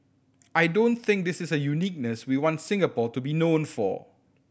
I don't think this is a uniqueness we want Singapore to be known for